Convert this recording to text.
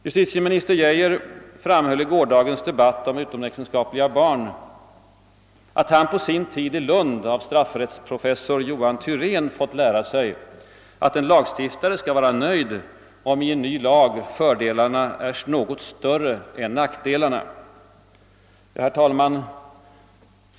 Justitieminister Geijer framhöll i gårdagens debatt om utomäktenskapliga barn att han på sin tid i Lund av straffrättsprofessor Johan Thyrén fått lära sig, att en lagstiftare skall vara nöjd om i en ny lag fördelarna är något större än nackdelarna. Herr talman!